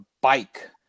bike